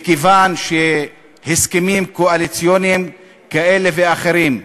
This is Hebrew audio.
מכיוון שהסכמים קואליציוניים כאלה ואחרים,